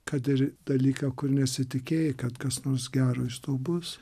kad ir dalyką kur nesitikėjai kad kas nors gero iš to bus